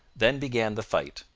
then began the fight,